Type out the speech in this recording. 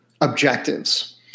objectives